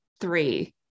three